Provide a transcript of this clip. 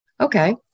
okay